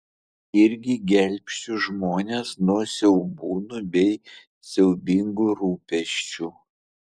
irgi gelbsčiu žmones nuo siaubūnų bei siaubingų rūpesčių